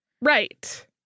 Right